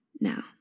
now